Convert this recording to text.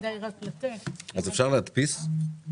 אפשר להדפיס להם?